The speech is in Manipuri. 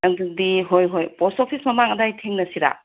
ꯑꯗꯨꯗꯤ ꯍꯣꯏ ꯍꯣꯏ ꯄꯣꯁ ꯑꯣꯐꯤꯁ ꯃꯃꯥꯡ ꯑꯗꯥꯏ ꯊꯦꯡꯅꯁꯤꯔꯥ